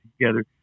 together